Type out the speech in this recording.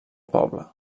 poble